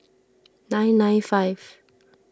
nine nine five